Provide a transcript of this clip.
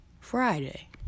Friday